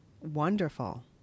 wonderful